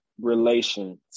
relations